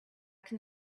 can